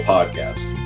Podcast